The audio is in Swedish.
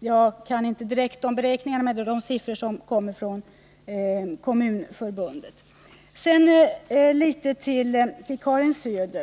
Jag kan inte direkt redogöra för de beräkningarna, men det är dessa siffror som kommer från Kommunförbundet. Sedan litet till Karin Söder.